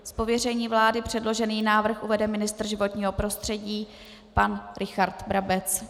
Z pověření vlády předložený návrh uvede ministr životního prostředí pan Richard Brabec.